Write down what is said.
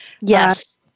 Yes